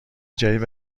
جدید